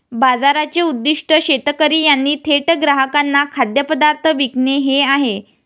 बाजाराचे उद्दीष्ट शेतकरी यांनी थेट ग्राहकांना खाद्यपदार्थ विकणे हे आहे